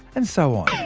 and so on.